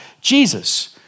Jesus